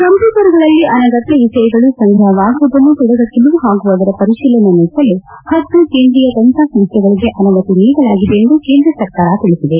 ಕಂಪ್ಯೂಟರ್ಗಳಲ್ಲಿ ಅನಗತ್ಯ ವಿಷಯಗಳು ಸಂಗ್ರಹವಾಗುವುದನ್ನು ತಡೆಗಟ್ಟಲು ಹಾಗೂ ಅದರ ಪರಿಶೀಲನೆ ನಡೆಸಲು ಹತ್ತು ಕೇಂದ್ರೀಯ ತನಿಖಾ ಸಂಸ್ವೆಗಳಿಗೆ ಅನುಮತಿ ನೀಡಲಾಗಿದೆ ಎಂದು ಕೇಂದ್ರ ಸರಕಾರ ತಿಳಿಸಿದೆ